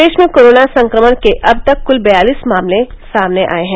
प्रदेश में कोरोना संक्रमण के अब तक कुल बयालीस मामले सामने आए हैं